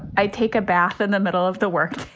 i take a bath in the middle of the work.